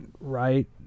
right